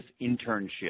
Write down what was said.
internship